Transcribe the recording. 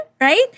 right